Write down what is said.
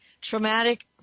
traumatic